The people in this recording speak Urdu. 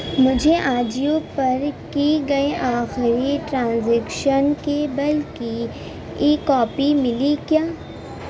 مجھے آجیو پر کی گئی آخری ٹرانزیکشن کے بل کی ای کاپی ملی کیا